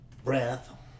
breath